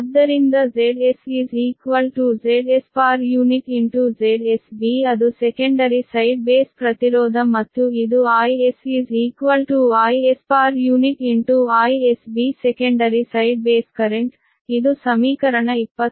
ಆದ್ದರಿಂದ Zs ZsZsB ಅದು secondary side base ಪ್ರತಿರೋಧ ಮತ್ತು ಇದು Is Is IsB secondary side base current ಇದು ಸಮೀಕರಣ 26